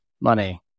money